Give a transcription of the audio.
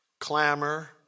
clamor